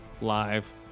live